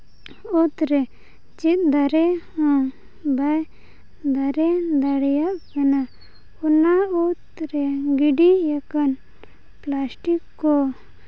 ᱚᱛᱨᱮ ᱪᱮᱫ ᱫᱟᱨᱮ ᱦᱚᱸ ᱵᱟᱭ ᱫᱟᱨᱮ ᱫᱟᱲᱮᱭᱟᱜ ᱠᱟᱱᱟ ᱚᱱᱟ ᱚᱛᱨᱮ ᱜᱤᱰᱤᱭᱟᱠᱟᱱ ᱯᱞᱟᱥᱴᱤᱠ ᱠᱚ